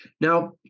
now